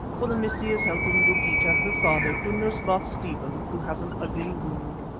for the missie is helping dogeetah, her father, to nurse baas stephen, who has an ugly wound.